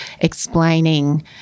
explaining